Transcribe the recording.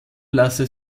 lasse